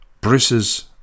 Bruce's